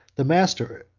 the master,